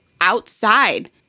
outside